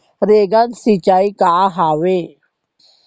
Rain gun सिंचाई का हवय?